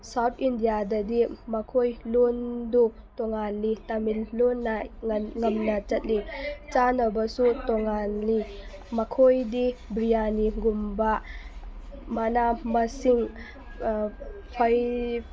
south ꯏꯟꯗꯤꯌꯥꯗꯗꯤ ꯃꯈꯣꯏ ꯂꯣꯜꯗꯨ ꯇꯣꯉꯥꯜꯂꯤ ꯇꯥꯃꯤꯜ ꯂꯣꯜꯅ ꯉꯝꯅ ꯆꯠꯂꯤ ꯆꯥꯅꯕꯁꯨ ꯇꯣꯉꯥꯜꯂꯤ ꯃꯈꯣꯏꯗꯤ ꯕꯤꯔꯌꯥꯅꯤꯒꯨꯝꯕ ꯃꯅꯥ ꯃꯁꯤꯡ